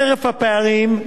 חרף הפערים,